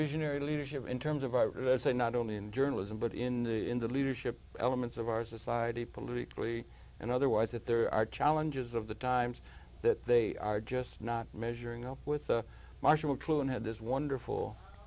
visionary leadership in terms of i say not only in journalism but in the in the leadership elements of our society politically and otherwise that there are challenges of the times that they are just not measuring up with marshall mcluhan had this wonderful